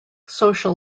social